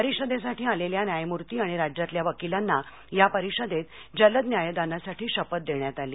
परिषदेसाठी आलेल्या न्यायमूर्ती आणि राज्यातल्या वकिलांना या परिषदेत जलद न्यायादानासाठी शपथ देण्यात आली